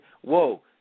whoa